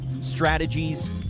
strategies